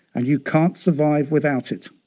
and you can't survive without it.